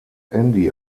andy